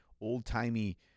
old-timey